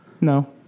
No